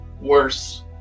worse